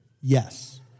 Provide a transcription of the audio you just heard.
Yes